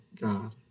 God